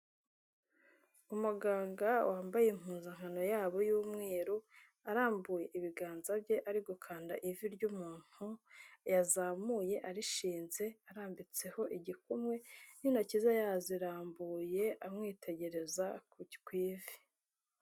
Umuganga wambaye impuzankano yabo y'umweru, arambuye ibiganza bye ari gukanda ivi ry'umuntu yazamuye arishinze arambitseho igikumwe n'intoki ze yazirambuye amwitegereza ku ivi.